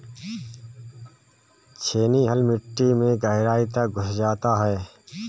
छेनी हल मिट्टी में गहराई तक घुस सकता है